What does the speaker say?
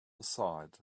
aside